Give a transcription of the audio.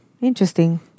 Interesting